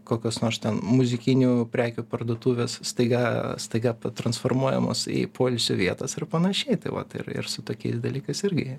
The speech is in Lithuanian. kokios nors ten muzikinių prekių parduotuvės staiga staiga transformuojamos į poilsio vietas ir panašiai tai vat ir ir su tokiais dalykais irgi